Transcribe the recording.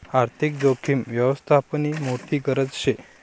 आर्थिक जोखीम यवस्थापननी मोठी गरज शे